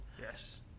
Yes